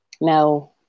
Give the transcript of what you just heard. Now